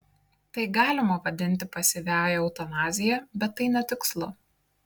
tai galima vadinti pasyviąja eutanazija bet tai netikslu